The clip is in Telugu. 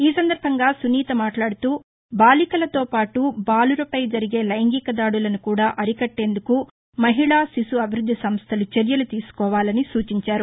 ఈ సందర్భంగా సునీత మట్లాదుతూ బాలికలతో పాటు బాలురపై జరిగే లైంగిక దాడులను కూడా అరికట్టేందుకు మహిళా శిశు అభివృద్ధి సంస్థలు చర్యలు తీసుకోవాలని సూచించారు